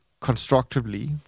constructively